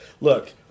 look